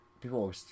people